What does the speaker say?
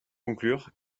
conclure